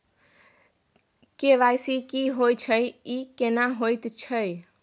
KYC की होय छै, ई केना होयत छै?